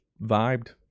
vibed